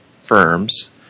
firms